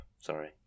sorry